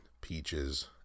peaches